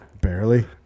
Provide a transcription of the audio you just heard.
Barely